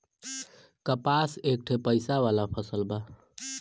कपास एक ठे पइसा वाला फसल बा